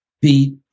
beat